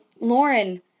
Lauren